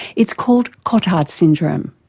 it's called cotard's syndrome.